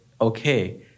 okay